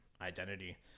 identity